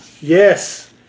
Yes